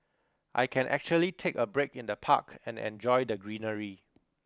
I can actually take a break in the park and enjoy the greenery